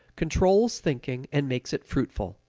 controls thinking and makes it fruitful.